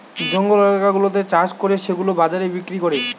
জঙ্গল এলাকা গুলাতে চাষ করে সেগুলা বাজারে বিক্রি করে